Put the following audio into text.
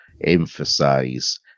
emphasize